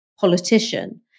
politician